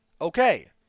okay